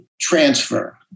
transfer